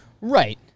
Right